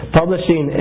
publishing